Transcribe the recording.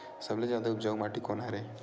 सबले जादा उपजाऊ माटी कोन हरे?